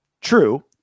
True